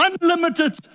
Unlimited